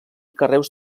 carreus